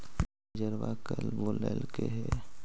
मैनेजरवा कल बोलैलके है?